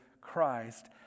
Christ